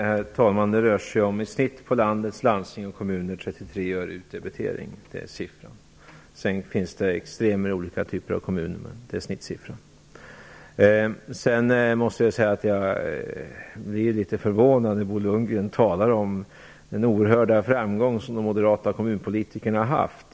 Herr talman! Det rör sig i snitt om 33 öre i utdebitering för landets landsting och kommuner. Det är siffran. Sedan finns det extremer i olika typer av kommuner. Men detta är snittsiffran. Jag måste säga att jag blir litet förvånad när Bo Lundgren talar om den oerhörda framgång som de moderata kommunpolitikerna har haft.